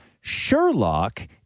Sherlock